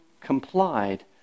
complied